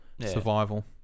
survival